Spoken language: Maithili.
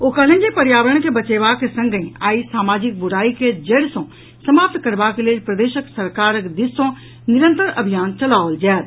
ओ कहलनि जे पर्यावरण के बचेबाक संगहि आई सामाजिक बुराई के जड़ि सँ समाप्त करबाक लेल प्रदेश सरकारक दिस सँ निरंतर अभियान चलाओल जायत